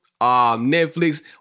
Netflix